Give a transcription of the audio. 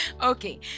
okay